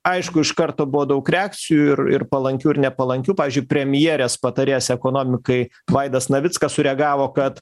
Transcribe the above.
aišku iš karto buvo daug reakcijų ir ir palankių ir nepalankių pavyzdžiui premjerės patarės ekonomikai vaidas navickas sureagavo kad